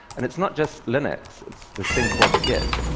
and it's not just linux, it's this thing called git,